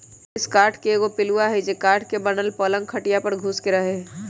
ऊरिस काठ के एगो पिलुआ हई जे काठ के बनल पलंग खटिया पर घुस के रहहै